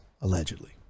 allegedly